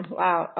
wow